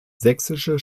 sächsischen